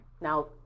Now